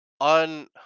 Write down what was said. on